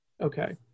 Okay